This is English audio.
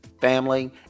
family